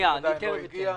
הכסף עדיין לא הגיע.